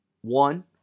One